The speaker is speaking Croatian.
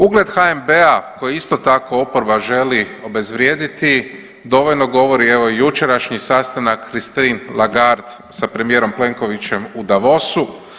Ugled HNB-a koji isto tako oporba želi obezvrijediti dovoljno govori evo i jučerašnji sastanak Christine Lagarde sa premijerom Plenkovićem u Davosu.